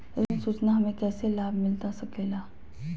ऋण सूचना हमें कैसे लाभ मिलता सके ला?